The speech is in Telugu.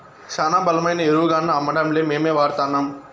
శానా బలమైన ఎరువుగాన్నా అమ్మడంలే మేమే వాడతాన్నం